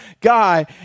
guy